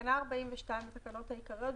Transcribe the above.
בתקנה 42 לתקנות העיקריות,